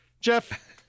Jeff